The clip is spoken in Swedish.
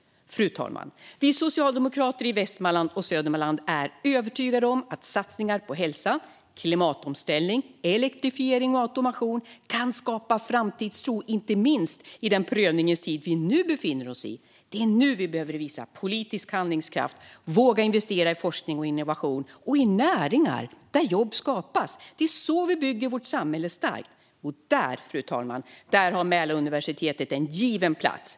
Fru talman! Vi socialdemokrater i Västmanland och Södermanland är övertygade om att satsningar på hälsa, klimatomställning, elektrifiering och automation kan skapa framtidstro, inte minst i den prövningens tid vi nu befinner oss i. Det är nu vi behöver visa politisk handlingskraft och våga investera i forskning och innovation och i näringar där jobb skapas. Det är så vi bygger vårt samhälle starkt. Där har Mälaruniversitetet en given plats, fru talman.